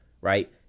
right